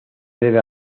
debe